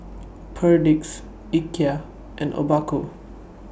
Perdix Ikea and Obaku